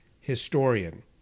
historian